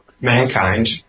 Mankind